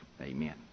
amen